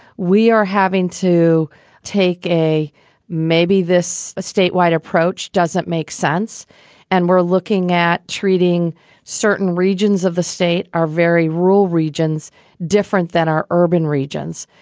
we are having to take a maybe this a statewide approach doesn't make sense and we're looking at treating certain regions of the state are very rural regions different than our urban regions.